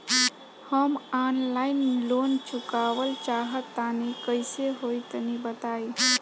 हम online loan चुकावल चाहऽ तनि कइसे होई तनि बताई?